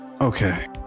Okay